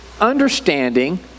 understanding